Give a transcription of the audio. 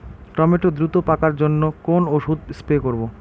Tomato দ্রুত পাকার জন্য কোন ওষুধ স্প্রে করব?